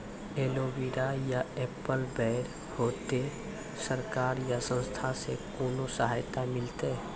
Aloe vera या apple बैर होते? सरकार या संस्था से कोनो सहायता मिलते?